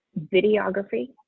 videography